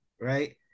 right